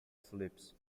phillips